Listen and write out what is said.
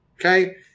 okay